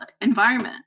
environment